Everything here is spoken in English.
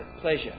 pleasure